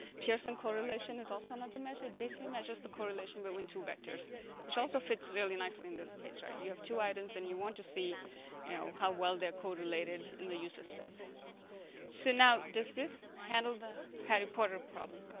pearson correlation is also another measure it basically measures the correlation between two vectors which also fits really nicely in this case right you have two items and you want to see you know how well they're correlated in the user space so now does this handle the harry potter problem.